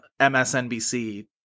MSNBC